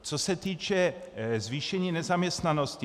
Co se týče zvýšení nezaměstnanosti.